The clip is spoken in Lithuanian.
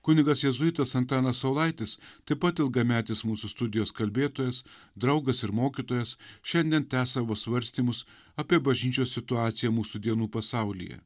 kunigas jėzuitas antanas saulaitis taip pat ilgametis mūsų studijos kalbėtojas draugas ir mokytojas šiandien tęs savo svarstymus apie bažnyčios situaciją mūsų dienų pasaulyje